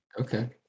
okay